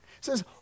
says